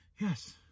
yes